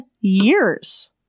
years